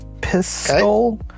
pistol